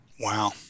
Wow